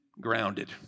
grounded